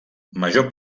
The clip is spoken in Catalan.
major